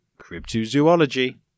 cryptozoology